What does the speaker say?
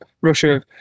Russia